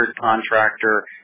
contractor